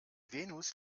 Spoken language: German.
venus